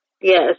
Yes